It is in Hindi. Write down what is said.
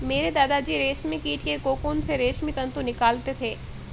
मेरे दादा जी रेशमी कीट के कोकून से रेशमी तंतु निकालते थे